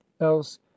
else